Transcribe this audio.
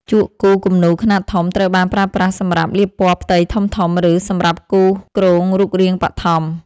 ជក់គូរគំនូរខ្នាតធំត្រូវបានប្រើប្រាស់សម្រាប់លាបពណ៌ផ្ទៃធំៗ ឬសម្រាប់គូសគ្រោងរូបរាងបឋម។